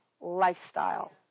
lifestyle